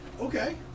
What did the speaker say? Okay